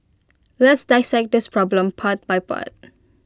let's dissect this problem part by part